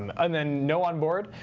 and um then you know noonboard.